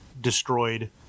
destroyed